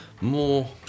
more